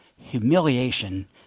Humiliation